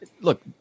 look